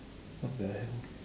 what the hell